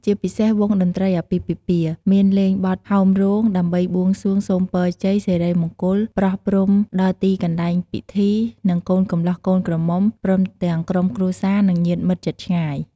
ជាពិសេសវង់តន្ត្រីអាពាហ៍ពិពាហ៍មានលេងបទហោមរោងដើម្បីបួងសួងសូមពរជ័យសិរីមង្គលប្រោះព្រុំដល់ទីកន្លែងពិធី និងកូនកំលោះកូនក្រមំុ ព្រមទាំងក្រុមគ្រួសារនិងញាតិមិត្តជិតឆ្ងាយ។